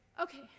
Okay